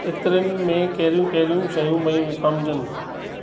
इतरनि में कहिड़ियूं कहिड़ियूं शयूं पेयूं विकामिजनि